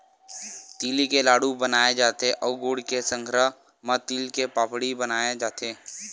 तिली के लाडू बनाय जाथे अउ गुड़ के संघरा म तिल के पापड़ी बनाए जाथे